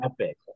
epic